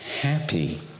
happy